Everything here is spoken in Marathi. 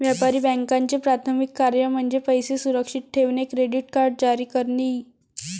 व्यापारी बँकांचे प्राथमिक कार्य म्हणजे पैसे सुरक्षित ठेवणे, क्रेडिट कार्ड जारी करणे इ